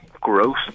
gross